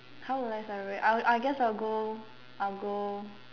how will I celebrate I I guess I'll go I'll go